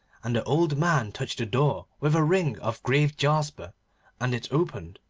and the old man touched the door with a ring of graved jasper and it opened,